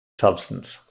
Substance